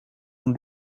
van